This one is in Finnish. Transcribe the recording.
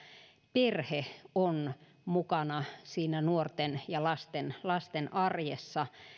perhe on mukana siinä nuorten ja lasten lasten arjessa